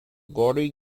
gory